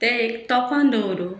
तें एक तोपान दवरून